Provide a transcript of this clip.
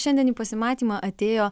šiandien į pasimatymą atėjo